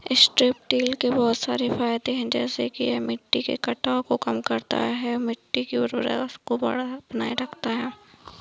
strip till के बहुत सारे फायदे हैं जैसे कि यह मिट्टी के कटाव को कम करता है, मिट्टी की उर्वरता को बनाए रखता है